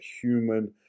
human